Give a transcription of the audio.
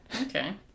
okay